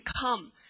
come